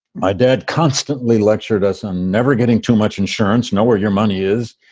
my dad constantly lectured us on never getting too much insurance. know where your money is.